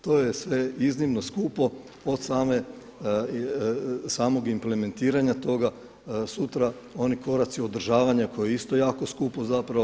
To je sve iznimno skupo od samog implementiranja toga sutra, oni koraci održavanja koji je isto jako skupo zapravo.